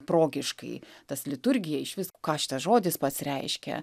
progiškai tas liturgija išvis ką šitas žodis pats reiškia